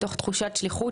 מתוך תחושת שליחות,